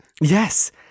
Yes